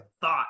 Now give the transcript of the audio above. thought